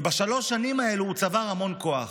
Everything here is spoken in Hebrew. ובשלוש השנים האלה הוא צבר המון כוח.